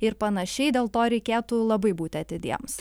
ir panašiai dėl to reikėtų labai būti atidiems